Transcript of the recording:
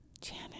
Janet